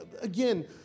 again